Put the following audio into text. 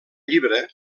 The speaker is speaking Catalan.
llibre